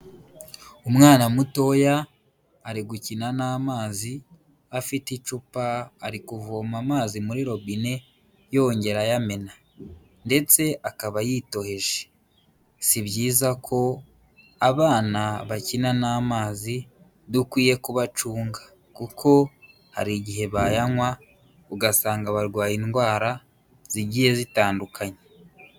Umwana mutoya, ari gukina n'amazi, afite icupa ari kuvoma amazi muri robine yongera ayamena, ndetse akaba yitoheje, si byiza ko abana bakina n'amazi, dukwiye kubacunga kuko hari igihe bayanywa ugasanga barwaye indwara, zigiye zitandukanye.